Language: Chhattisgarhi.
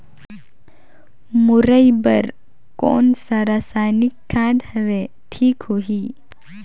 मुरई बार कोन सा रसायनिक खाद हवे ठीक होही?